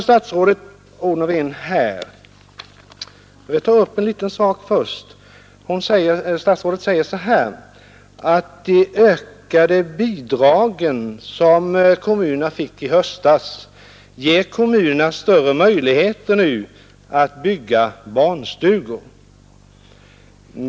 Statsrådet Odhnoff säger att de ökade bidragen som kommunerna fick i höstas ger kommunerna större möjligheter att bygga barnstugor.